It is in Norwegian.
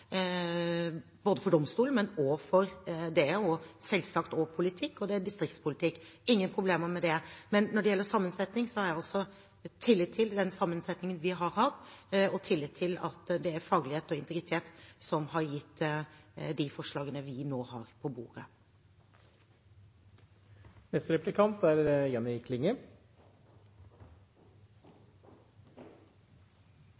for domstolen, men det er selvsagt også politikk og distriktspolitikk. Jeg har ingen problemer med det. Men når det gjelder sammensetning, har jeg altså tillit til den sammensetningen vi har hatt, og tillit til at det er faglighet og integritet som har gitt de forslagene vi nå har på